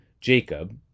Jacob